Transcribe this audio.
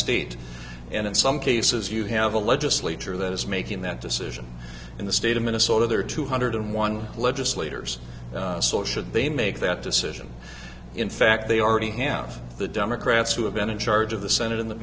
state and in some cases you have a legislature that is making that decision in the state of minnesota there are two hundred and one legislators so should they make that decision in fact they already have the democrats who have been in charge of the senate in the